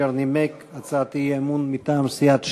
אשר נימק הצעת אי-אמון מטעם סיעת ש"ס.